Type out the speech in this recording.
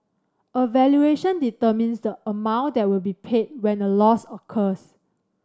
a valuation determines the amount that will be paid when a loss occurs